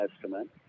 Testament